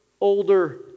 older